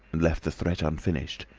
and left the threat unfinished.